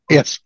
Yes